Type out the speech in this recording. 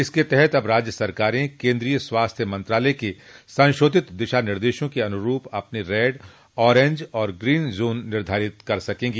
इसके तहत अब राज्य सरकारें केन्द्रीय स्वास्थ्य मंत्रालय के संशोधित दिशा निर्देशों के अनुरूप अपने रेड ऑरेंज और ग्रीन जोन निर्धारित कर सकेंगी